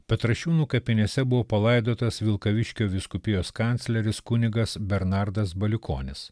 petrašiūnų kapinėse buvo palaidotas vilkaviškio vyskupijos kancleris kunigas bernardas baliukonis